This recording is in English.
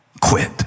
quit